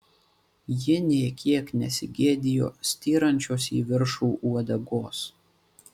ji nė kiek nesigėdijo styrančios į viršų uodegos